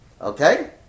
Okay